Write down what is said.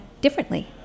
differently